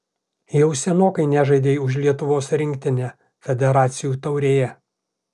jau senokai nežaidei už lietuvos rinktinę federacijų taurėje